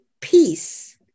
peace